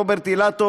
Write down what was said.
רוברט אילטוב,